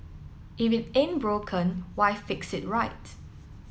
if it ain't broken why fix it right